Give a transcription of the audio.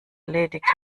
erledigt